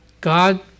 God